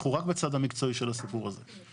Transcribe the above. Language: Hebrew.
אנחנו רק בצד המקצועי של הסיפור הזה.